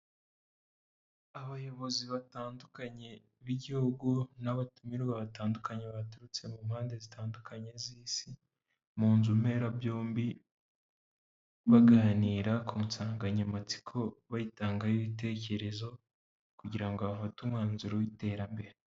Abayobozi batandukanye b'ibihugu n'abatumirwa batandukanye baturutse mu mpande zitandukanye z'isi, mu nzu mbera byombi baganira ku nsanganyamatsiko bayitangaho ibitekerezo kugira ngo bafate umwanzuro w'iterambere.